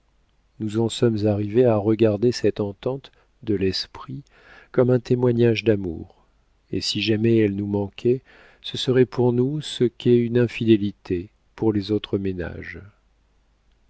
nous en sommes arrivés à regarder cette entente de l'esprit comme un témoignage d'amour et si jamais elle nous manquait ce serait pour nous ce qu'est une infidélité pour les autres ménages